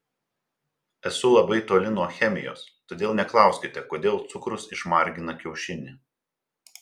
esu labai toli nuo chemijos todėl neklauskite kodėl cukrus išmargina kiaušinį